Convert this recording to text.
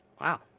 Wow